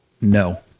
no